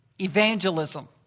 evangelism